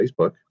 Facebook